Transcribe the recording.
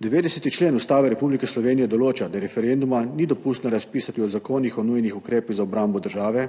90. člen Ustave Republike Slovenije določa, da referenduma ni dopustno razpisati o zakonih o nujnih ukrepih za obrambo države,